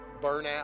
burnout